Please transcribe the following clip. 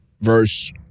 verse